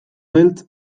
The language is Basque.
beltz